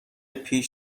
پیش